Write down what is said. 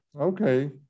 Okay